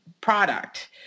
product